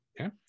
Okay